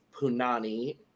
Punani